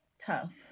tough